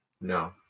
no